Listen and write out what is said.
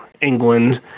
England